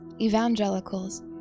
evangelicals